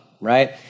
right